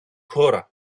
χώρα